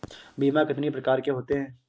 बीमा कितनी प्रकार के होते हैं?